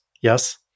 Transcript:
Yes